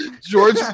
George